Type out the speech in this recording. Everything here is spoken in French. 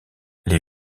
les